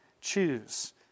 choose